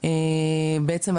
וחלילה אני לא מאשימה אותך בדבר הזה,